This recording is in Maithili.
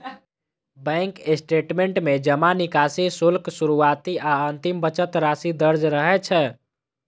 बैंक स्टेटमेंट में जमा, निकासी, शुल्क, शुरुआती आ अंतिम बचत राशि दर्ज रहै छै